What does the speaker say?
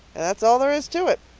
and that's all there is to it.